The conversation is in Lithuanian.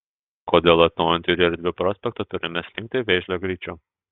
kodėl atnaujintu ir erdviu prospektu turime slinkti vėžlio greičiu